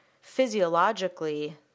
physiologically